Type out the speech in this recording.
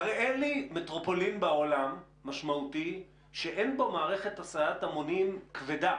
תראה לי מטרופולין בעולם שאין בו מערכת הסעת המונים כבדה.